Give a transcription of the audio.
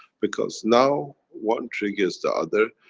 because now, one triggers the other.